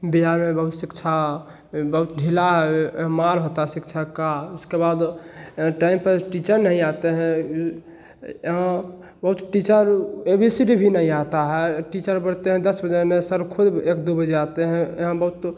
बिहार में बहुत शिक्छा बहुत ढ़ीला है मार होता शिक्षक का उसके बाद टाइम पर टीचर नहीं आते हैं बहुत teacher A B C D भी नहीं आता है टीचर बढते हैं दस बजे आने सर खुद एक दो बजे आते है यहाँ बहुत